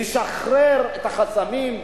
לשחרר את החסמים,